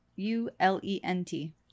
U-L-E-N-T